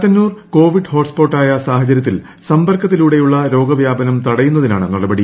Chathannoor Covid hotspot ആയ സാഫ്ചര്യത്തിൽ സമ്പർക്കത്തിലൂടെയുള്ള രോഗവ്യാപനം തടയുന്നിതിനാണ് നടപടി